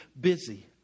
busy